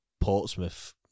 portsmouth